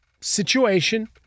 situation